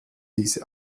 diese